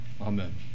Amen